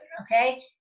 Okay